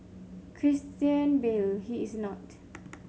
Christian Bale he is not